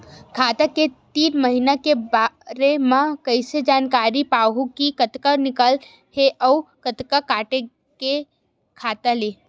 खाता के तीन महिना के बारे मा कइसे जानकारी पाहूं कि कतका निकले हे अउ कतका काटे हे खाता ले?